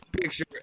picture